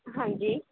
ਹਾਂਜੀ